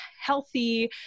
healthy